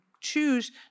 choose